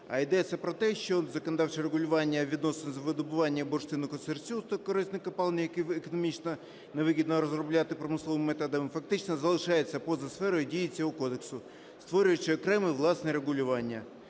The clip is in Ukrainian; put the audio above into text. А йдеться про те, що законодавче регулювання відносно видобування бурштину-серцю та тих корисних копалин, які економічно невигідно розробляти промисловими методами, фактично залишається поза сферою дії цього кодексу, створюючи окреме власне регулювання.